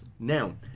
Now